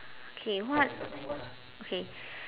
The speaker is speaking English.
K what okay